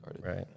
Right